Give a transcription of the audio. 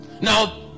Now